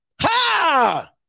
ha